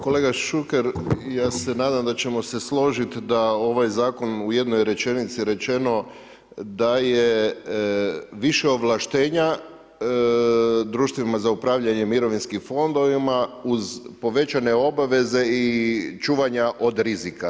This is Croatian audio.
Kolega Šuker, ja se nadam da ćemo se složiti da ovaj zakon u jednoj rečenici rečeno, daje više ovlaštenja društvima za upravljanje mirovinskim fondovima uz povećane obaveze i čuvanja od rizika.